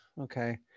okay